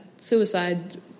suicide